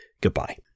Goodbye